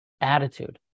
attitude